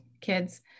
kids